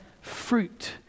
fruit